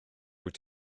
wyt